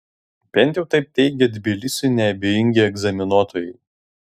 bent jau taip teigia tbilisiui neabejingi egzaminuotojai